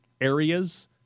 areas